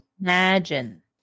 imagine